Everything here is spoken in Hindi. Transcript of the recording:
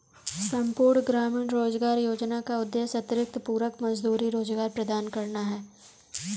संपूर्ण ग्रामीण रोजगार योजना का उद्देश्य अतिरिक्त पूरक मजदूरी रोजगार प्रदान करना है